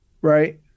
Right